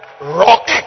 Rock